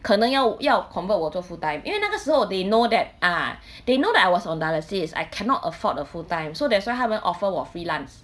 可能要要 convert 我做 fulltime 因为那个时候 they know that ah they know that I was on dialysis I cannot afford a full time so that's why 他们 offer 我 freelance